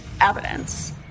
evidence